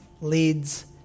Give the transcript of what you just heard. leads